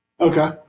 Okay